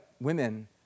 women